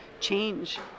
change